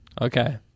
Okay